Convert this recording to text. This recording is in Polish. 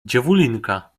dziewulinka